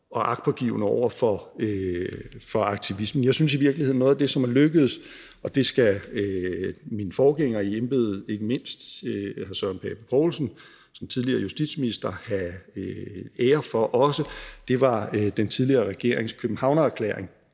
og agtpågivende over for aktivismen. Kl. 18:15 Jeg synes i virkeligheden, at noget af det, som er lykkedes – og det skal ikke mindst min forgænger i embedet som justitsminister, hr. Søren Pape Poulsen, have ære for også – var den tidligere regerings Københavnererklæring